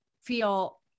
feel